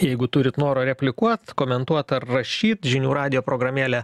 jeigu turit noro replikuot komentuot ar rašyt žinių radijo programėlė